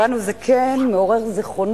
בנו זה כן מעורר זיכרונות,